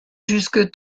jusque